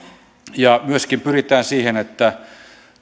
ja myöskin pyritään siihen että